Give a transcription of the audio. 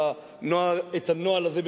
את הנוהל הזה,